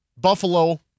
Buffalo